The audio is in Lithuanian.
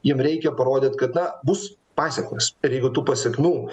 jiem reikia parodyt kad na bus pasekmės ir jeigu tų pasekmių